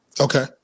okay